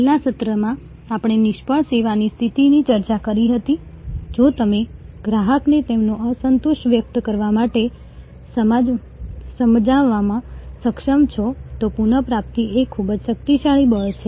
છેલ્લા સત્રમાં આપણે નિષ્ફળ સેવાની સ્થિતિની ચર્ચા કરી હતી જો તમે ગ્રાહકને તેમનો અસંતોષ વ્યક્ત કરવા માટે સમજાવવામાં સક્ષમ છો તો પુનઃપ્રાપ્તિ એ ખૂબ જ શક્તિશાળી બળ છે